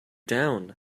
down